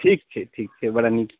ठीक छै ठीक छै बड़ा नीक